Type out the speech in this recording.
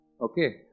okay